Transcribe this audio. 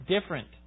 different